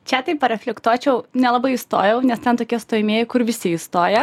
čia taip pareflektuočiau nelabai įstojau nes ten tokie stojamieji kur visi įstoja